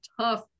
tough